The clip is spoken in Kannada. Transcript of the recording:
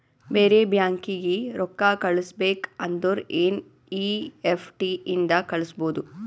ಬೇರೆ ಬ್ಯಾಂಕೀಗಿ ರೊಕ್ಕಾ ಕಳಸ್ಬೇಕ್ ಅಂದುರ್ ಎನ್ ಈ ಎಫ್ ಟಿ ಇಂದ ಕಳುಸ್ಬೋದು